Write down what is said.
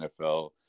nfl